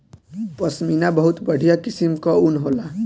पश्मीना बहुत बढ़िया किसिम कअ ऊन होला